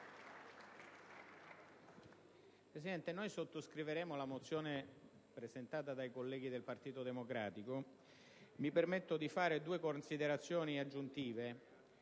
Presidente, sottoscriveremo la mozione presentata dai colleghi del Partito Democratico. Mi permetto però di fare due considerazioni aggiuntive.